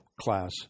class